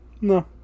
No